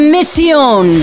Mission